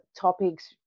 topics